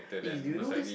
eh do you know this